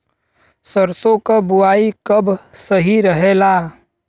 सरसों क बुवाई कब सही रहेला?